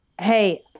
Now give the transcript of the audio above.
Hey